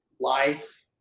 life